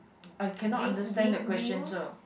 I cannot understand the question so